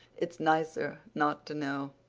it's nicer not to know.